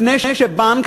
לפני שבנק,